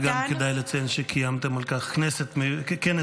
אגב, כדאי לציין שקיימתם על כך כנס מיוחד.